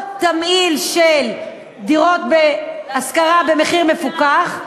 או תמהיל של דירות להשכרה במחיר מפוקח,